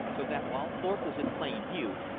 so that while thorpe was in plain view,